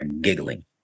giggling